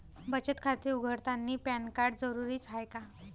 बचत खाते उघडतानी पॅन कार्ड जरुरीच हाय का?